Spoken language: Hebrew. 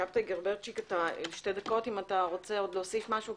שבתאי גרברציק, רוצה להוסיף משהו?